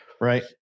Right